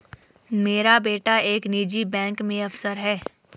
मेरा बेटा एक निजी बैंक में अफसर है